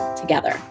together